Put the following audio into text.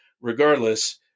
regardless